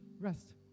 Rest